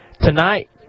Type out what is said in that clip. tonight